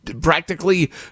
practically